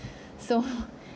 so